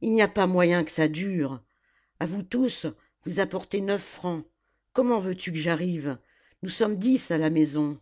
il n'y a pas moyen que ça dure a vous tous vous apportez neuf francs comment veux-tu que j'arrive nous sommes dix à la maison